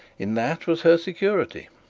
in that was her security.